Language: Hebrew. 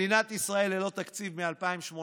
מדינת ישראל ללא תקציב מ-2018,